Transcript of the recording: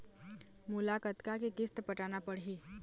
मोला कतका के किस्त पटाना पड़ही?